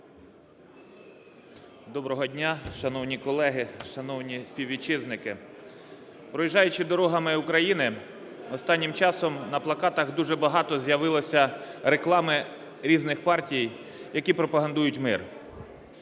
Доброго дня, шановні колеги, шановні співвітчизники. Проїжджаючи дорогами України, останнім часом на плакатах дуже багато з'явилося реклами різних партій, які пропагують мир.